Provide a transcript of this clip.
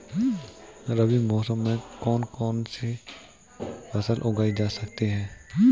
रबी मौसम में कौन कौनसी फसल उगाई जा सकती है?